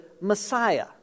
Messiah